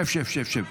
שב, שב, שב.